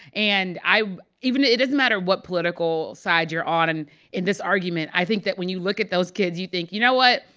and i even it doesn't matter what political side you're on and in this argument. i think that when you look at those kids, you think, you know what?